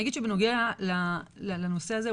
אני אגיד שבנוגע לנושא הזה,